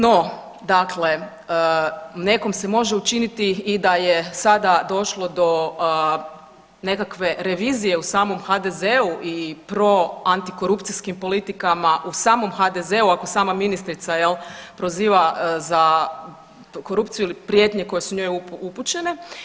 No, dakle nekom se može učiniti i da je sada došlo do nekakve revizije u samom HDZ-u proantikorupcijskim politikama u samom HDZ-u, ako sama ministrica jel proziva za korupciju ili prijetnje koje su njoj upućene.